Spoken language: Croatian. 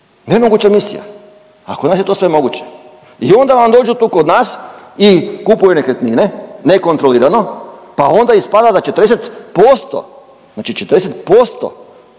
Nemoguća misija, a kod nas je to sve moguće. I onda vam dođu tu kod nas i kupuju nekretnine nekontrolirano, pa onda ispada da 40%, znači 40%